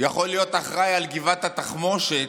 יכול להיות אחראי על גבעת התחמושת,